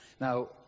Now